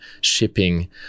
shipping